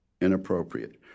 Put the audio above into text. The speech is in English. inappropriate